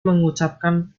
mengucapkan